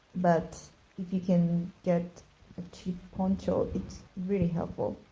but if you can get a cheap poncho, it's really helpful.